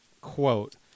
quote